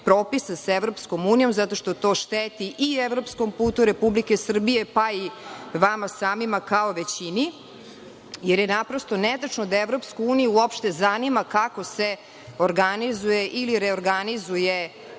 propisa sa EU, zato što to šteti i evropskom putu Republike Srbije, pa i vama samima kao većini, jer je naprosto netačno da EU uopšte zanima kako se organizuje ili reorganizuje